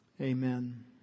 Amen